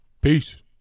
Peace